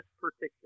particular